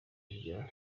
rya